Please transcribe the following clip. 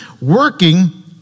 working